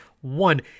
One